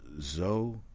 Zoe